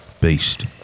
beast